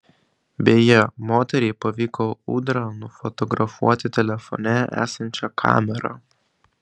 beje moteriai pavyko ūdrą nufotografuoti telefone esančia kamera